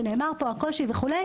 ודובר פה הקושי וכו',